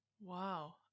Wow